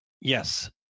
yes